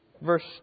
Verse